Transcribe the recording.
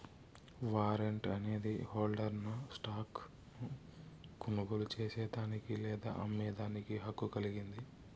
warrant అనేది హోల్డర్ను stock ను కొనుగోలు చేసేదానికి లేదా అమ్మేదానికి హక్కు కలిగింది